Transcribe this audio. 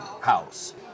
house